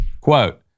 Quote